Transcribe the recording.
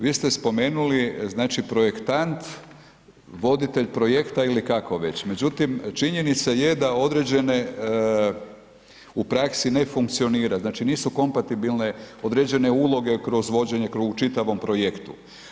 Vi ste spomenuli znači projektant, voditelj projekta ili kako već, međutim činjenica je da određene, u praksi ne funkcionira, znači nisu kompatibilne određene uloge kroz vođenje u čitavom projektu.